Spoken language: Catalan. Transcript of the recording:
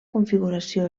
configuració